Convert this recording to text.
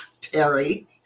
Terry